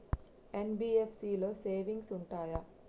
NBFC లో savings ఉంటయా?